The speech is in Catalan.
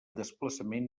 desplaçament